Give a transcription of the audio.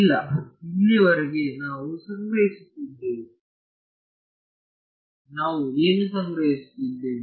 ಇಲ್ಲ ಇಲ್ಲಿಯವರೆಗೆ ನಾವು ಸಂಗ್ರಹಿಸುತ್ತಿದ್ದೇವು ನಾವು ಏನು ಸಂಗ್ರಹಿಸುತ್ತಿದ್ದೇವು